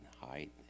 height